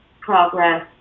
progress